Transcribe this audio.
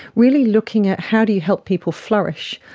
really looking at how do you help people flourish.